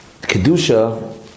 Kedusha